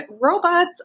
robots